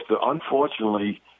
unfortunately